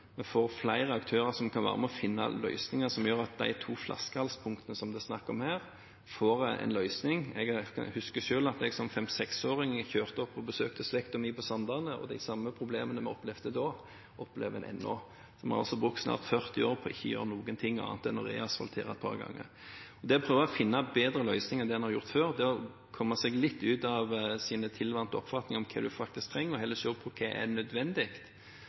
får flere aktører som kan være med og finne løsninger som gjør at de to flaskehalspunktene som det er snakk om her, får en løsning. Jeg husker selv at jeg som 5–6-åring kjørte opp og besøkte slekten min på Sandane, og de samme problemene vi opplevde da, opplever en ennå. Vi har altså brukt snart 40 år på ikke å gjøre noe annet enn å reasfaltere et par ganger. Det å prøve å finne bedre løsninger enn det en har gjort før, det å komme seg litt ut av sine tilvante oppfatninger av hva en faktisk trenger, og heller se på hva som er nødvendig,